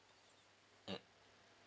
mm